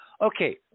Okay